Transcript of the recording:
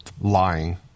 Lying